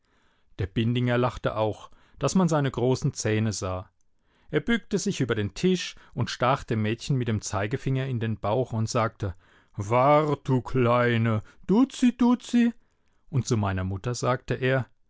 der bindinger lachte auch daß man seine großen zähne sah er bückte sich über den tisch und stach dem mädchen mit dem zeigefinger in den bauch und sagte wart du kleine duzi duzi und zu meiner mutter sagte er